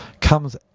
comes